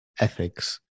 ethics